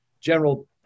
General